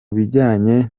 bijyanye